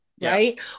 right